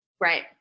Right